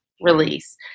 release